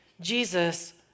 Jesus